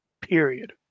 Period